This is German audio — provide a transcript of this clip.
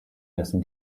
dessen